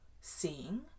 seeing